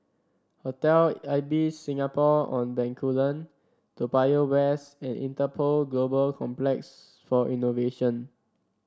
Hotel Ibis Singapore On Bencoolen Toa Payoh West and Interpol Global Complex for Innovation